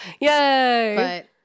Yay